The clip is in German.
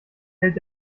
hält